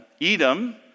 Edom